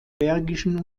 bergischen